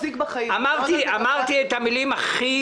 אני משבח על הרפורמה הזאת וכפי שאמרתי, להכניס